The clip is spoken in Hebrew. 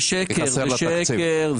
זה שקר, זה שקר.